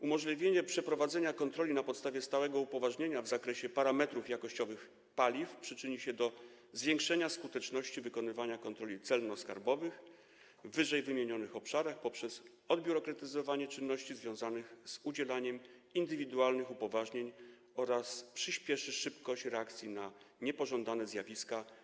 Umożliwienie przeprowadzenia kontroli na podstawie stałego upoważnienia w zakresie parametrów jakościowych paliw przyczyni się do zwiększenia skuteczności wykonywania kontroli celno-skarbowych w ww. obszarach poprzez odbiurokratyzowanie czynności związanych z udzielaniem indywidualnych upoważnień oraz zwiększy szybkość reakcji na niepożądane zjawiska.